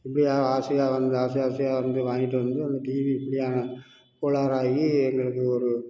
இப்படி ஆ ஆசையாக வந்து ஆசை ஆசையாக இருந்து வாங்கிட்டு வந்து அந்த டிவி இப்படி ஆனால் கோளாறாக ஆகி எங்களுக்கு ஒரு